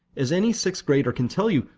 as any sixth grader can tell you,